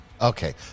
Okay